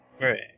Right